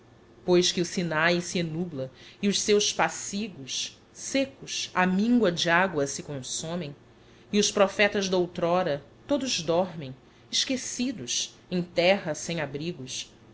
pois que o sinai se ennubla e os seus pacigos seccos á mingua de agua se consomem e os prophetas d'outrora todos dormem esquecidos em terra sem abrigos